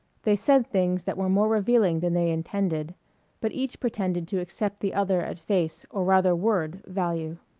they said things that were more revealing than they intended but each pretended to accept the other at face, or rather word, value.